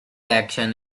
actions